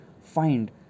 find